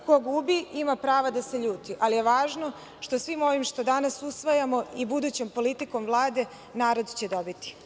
Ko gubi ima prava da se ljuti, ali je važno što svim ovim što danas usvajamo i budućom politikom Vlade, narod će dobiti.